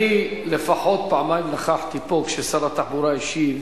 אני נכחתי פה לפחות פעמיים כששר התחבורה השיב